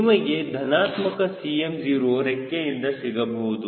ನಿಮಗೆ ಧನಾತ್ಮಕ Cm0 ರೆಕ್ಕೆಯಿಂದ ಸಿಗಬಹುದು